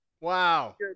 Wow